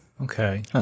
Okay